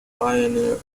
pioneer